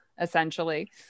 essentially